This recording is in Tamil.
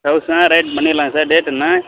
தௌசண்ட்னால் ரைட் பண்ணிடலாம் சார் டேட் என்ன